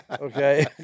okay